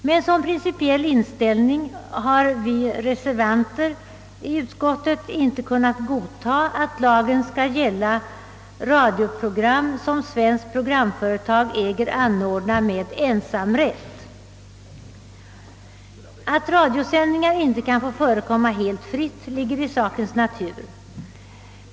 Med denna principiella inställning har vi reservanter inom utskottet inte kunnat godta att lagen skall gälla radioprogram, som svenskt programföretag äger anordna med ensamrätt. Att radio sändningar icke kan få förekomma helt fritt ligger i sakens natur.